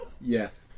Yes